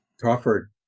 Crawford